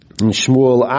Shmuel